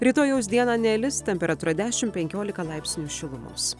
rytojaus dieną nelis temperatūra dešimt penkiolika laipsnių šilumos